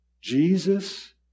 Jesus